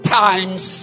times